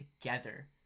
together